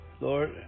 Lord